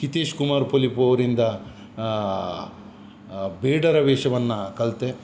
ಹಿತೇಶ್ ಕುಮಾರ್ ಪೊಲಿಪು ಅವರಿಂದ ಬೇಡರ ವೇಷವನ್ನು ಕಲಿತೆ